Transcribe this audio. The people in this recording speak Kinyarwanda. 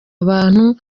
abantu